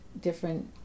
different